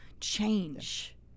change